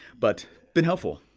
but been helpful.